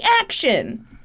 action